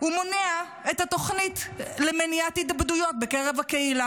הוא מונע את התוכנית למניעת התאבדויות בקרב הקהילה,